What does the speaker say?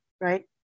right